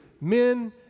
Men